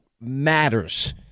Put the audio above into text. matters